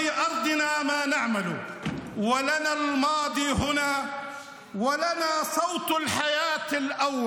אין לך מקום בשום מקום עם התפיסות שלך.